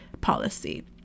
policy